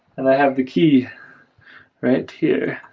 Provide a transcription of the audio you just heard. and i have the key right here